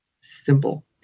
simple